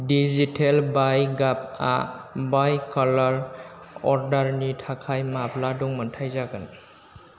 digital बाय गाबआ बाय कालार अर्डारनि थाखाय माब्ला दंमोनथाय जागोन